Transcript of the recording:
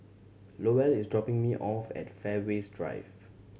Lowell is dropping me off at Fairways Drive